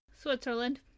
Switzerland